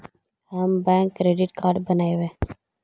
हम bank credit card बनैवो?